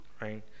Right